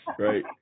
right